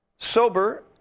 sober